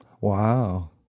wow